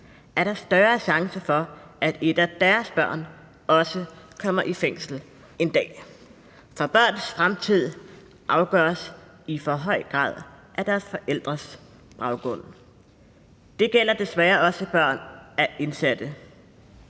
er der større chance for, at et af deres børn også kommer i fængsel en dag. For børns fremtid afgøres i for høj grad af deres forældres baggrund. Det gælder desværre også børn af indsatte.